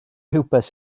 rhywbeth